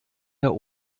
der